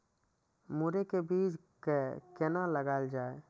मुरे के बीज कै कोना लगायल जाय?